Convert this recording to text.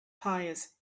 pious